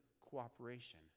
cooperation